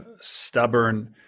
stubborn